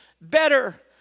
better